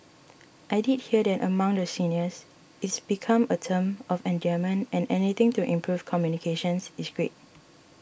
I did hear that among the seniors it's become a term of endearment and anything to improve communications is great